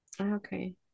Okay